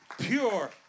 pure